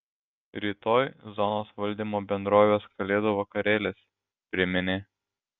rytoj zonos valdymo bendrovės kalėdų vakarėlis priminė